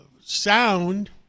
sound